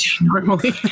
normally